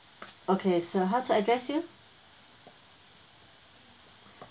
okay sir how to address you